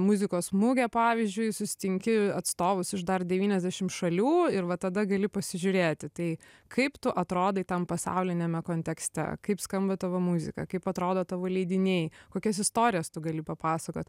muzikos mugę pavyzdžiui susitinki atstovus iš dar devyniasdešim šalių ir va tada gali pasižiūrėti tai kaip tu atrodai tam pasauliniame kontekste kaip skamba tavo muzika kaip atrodo tavo leidiniai kokias istorijas tu gali papasakot